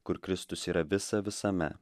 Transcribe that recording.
kur kristus yra visa visame